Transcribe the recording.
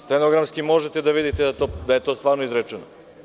Stenografski možete da vodite da je to stvarno izrečeno.